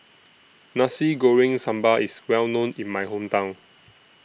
Nasi Goreng Sambal IS Well known in My Hometown